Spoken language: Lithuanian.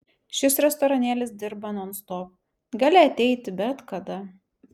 šis restoranėlis dirba nonstop gali ateiti bet kada